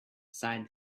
sighed